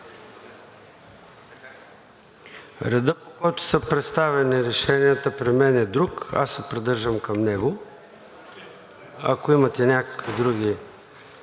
Редът, по който са представени решенията при мен, е друг, аз се придържам към него. Ако имате някакви други